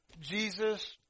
Jesus